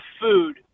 food